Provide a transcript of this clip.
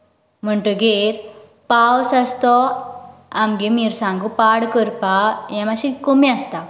म्हणटकीर पावस आसा तो आमगे मिरसांगो पाड करपा हे मातशें कमी आसता